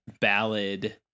ballad